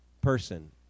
person